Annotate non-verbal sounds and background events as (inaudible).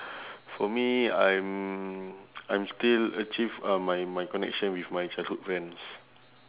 for me I'm (noise) I'm still achieve uh my my connection with my childhood friends